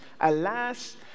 alas